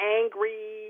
angry